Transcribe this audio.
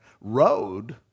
road